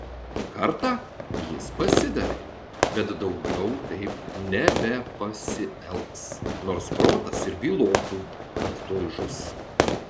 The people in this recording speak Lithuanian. kartą jis pasidavė bet daugiau taip nebepasielgs nors protas ir bylotų kad tuoj žus